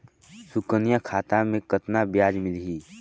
सुकन्या खाता मे कतना ब्याज मिलही?